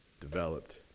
developed